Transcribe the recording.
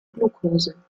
glukose